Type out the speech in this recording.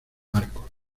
marcos